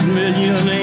million